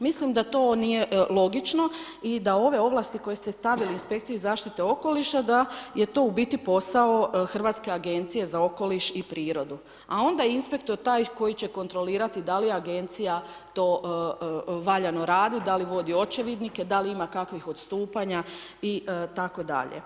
Mislim da to nije logično i da ove ovlasti koje ste stavili inspekciji zaštite okoliša da je to u biti posao Hrvatske agencije za okoliš i prirodu a onda inspektor taj koji će kontrolirati da li agencija to valjano radi, da li vodi očevidnike, da li ima kakvih odstupanja itd.